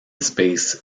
space